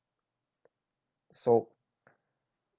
so